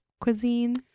Cuisine